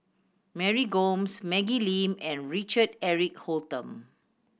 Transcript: Mary Gomes Maggie Lim and Richard Eric Holttum